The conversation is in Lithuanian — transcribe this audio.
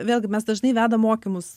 vėlgi mes dažnai vedam mokymus